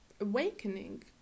awakening